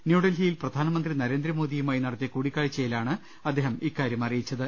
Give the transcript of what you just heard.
ന്യൂഡൽഹിയിൽ പ്രധാനമന്ത്രി നരേന്ദ്രമോദിയുമായി നടത്തിയ കൂടിക്കാഴ്ചയിലാണ് അദ്ദേഹം ഇക്കാര്യം അറിയിച്ചത്